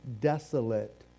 desolate